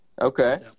Okay